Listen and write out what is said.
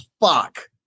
fuck